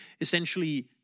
essentially